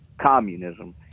communism